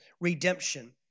redemption